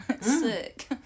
sick